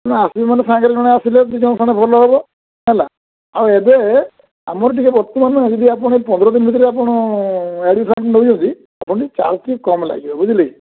ତେଣୁ ଆସିବେ ମାନେ ସାଙ୍ଗରେ ଜଣେ ଆସିଲେ ଦୁଇ ଜଣ ଖଣ୍ଡ ଭଲ ହେବ ହେଲା ଆଉ ଏବେ ଆମର ଟିକେ ବର୍ତ୍ତମାନ ଯଦି ଆପଣ ପନ୍ଦର ଦିନ ଭିତରେ ଆପଣ ଆଡ଼ମିସନ୍ ନେଉଛନ୍ତି ଆପଣଙ୍କୁ ଚାର୍ଜ୍ ଟିକେ କମ୍ ଲାଗିବ ବୁଝିଲେ କି